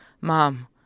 Mom